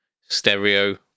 stereo